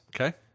Okay